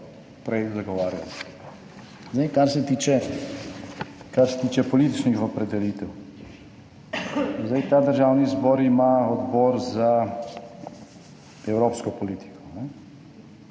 prej zagovarjal. Zdaj, kar se tiče političnih opredelitev. Ta Državni zbor ima Odbor za evropsko politiko.